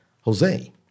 Jose